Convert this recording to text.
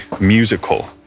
musical